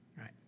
right